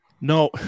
No